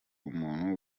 umuntu